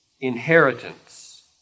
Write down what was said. inheritance